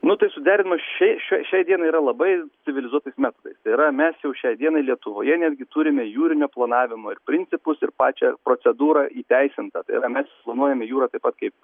nu tai suderinimas šiai šiai šiai dienai yra labai civilizuotais metodais tai yra mes jau šiai dienai lietuvoje netgi turime jūrinio planavimo ir principus ir pačią procedūrą įteisintą tai yra mes planuojame jūrą taip pat kaip